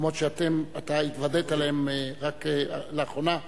מקומות שאתה התוודעת להם רק לאחרונה,